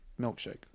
milkshake